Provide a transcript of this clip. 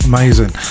Amazing